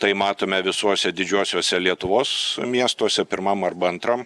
tai matome visuose didžiuosiuose lietuvos miestuose pirmam arba antram